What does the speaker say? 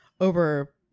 over